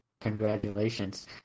congratulations